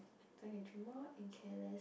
I can drink more and care less